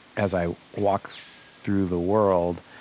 as i walk through the world,